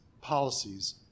policies